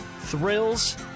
Thrills